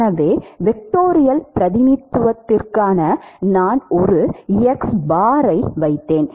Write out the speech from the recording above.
எனவே வெக்டோரியல் பிரதிநிதித்துவத்திற்காக நான் ஒரு ஐ வைத்தேன்